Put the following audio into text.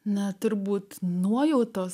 na turbūt nuojautos